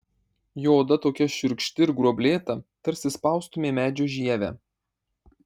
jo oda tokia šiurkšti ir gruoblėta tarsi spaustumei medžio žievę